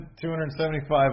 275